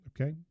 okay